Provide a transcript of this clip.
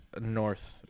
north